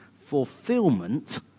fulfillment